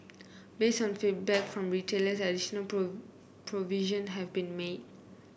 based on feedback from retailers additional provision have been made